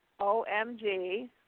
OMG